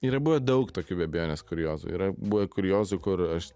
yra buvę daug tokių be abejonės kuriozų yra buvę kuriozų kur aš